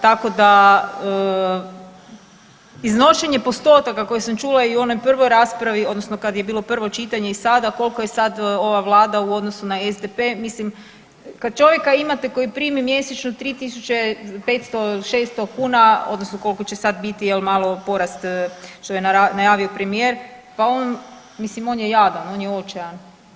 Tako da iznošenje postotaka koje sam čula i u onoj prvoj raspravi odnosno kad je bilo prvo čitanje i sada, koliko je sada ova vlada u odnosu na SDP, mislim kad čovjeka imate koji primi mjesečno 3.500, 600 kuna odnosno koliko će sad biti malo porast što je najavio premijer pa on, mislim on je jadan, on je očajan.